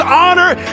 honor